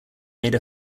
made